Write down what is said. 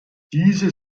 diese